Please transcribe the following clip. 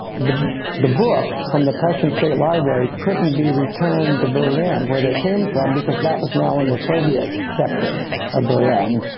the the books from the prussian state library couldn't be returned to berlin where they came from because that was now in the soviet sector of berlin.